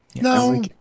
No